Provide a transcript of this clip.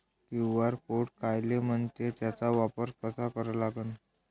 QR code कायले म्हनते, त्याचा वापर कसा करा लागन?